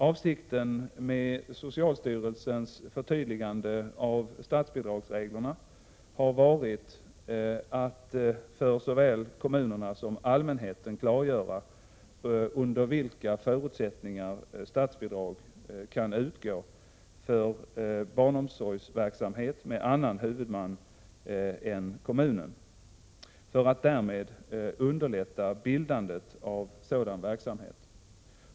Avsikten med socialstyrelsens förtydligande av statsbidragsreglerna har varit att för såväl kommunerna som allmänheten klargöra under vilka förutsättningar statsbidrag kan utgå för barnomsorgsverksamhet med annan huvudman än kommunen, för att därmed underlätta bildandet av sådan verksamhet.